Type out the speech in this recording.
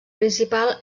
principal